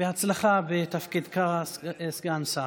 בהצלחה בתפקידך כסגן שר.